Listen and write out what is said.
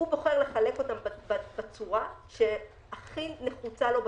הוא בוחר לחלק אותם בצורה שהכי נחוצה לו בצורך.